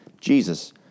Jesus